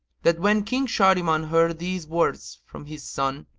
that when king shahriman heard these words from his son,